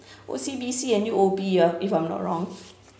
O_C_B_C and U_O_B ah if I'm not wrong